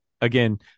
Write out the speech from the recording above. Again